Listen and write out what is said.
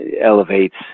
elevates